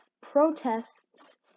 protests